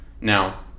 Now